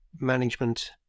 management